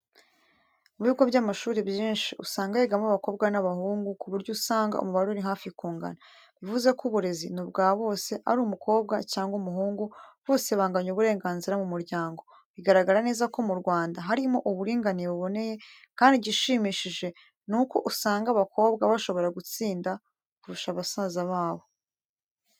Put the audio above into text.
Mu bigo by'amashuri byinshi usanga higamo abakobwa n'abahungu ku buryo usanga umubare uri hafi kungana. Bivuze ko uburezi ni ubwa bose ari umukobwa cyangwa umuhungu bose banganya uburenganzira mu muryango, bigaraga neza ko mu Rwanda harimo uburinganire buboneye kandi igishimishije nuko usanga abakobwa bashobora gutsinda kurusha basaza babo.